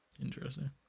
Interesting